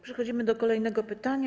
Przechodzimy do kolejnego pytania.